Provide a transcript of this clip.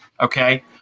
okay